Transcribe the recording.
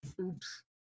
Oops